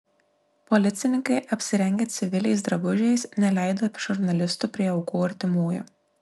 policininkai apsirengę civiliais drabužiais neleido žurnalistų prie aukų artimųjų